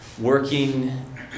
working